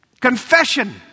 Confession